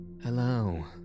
Hello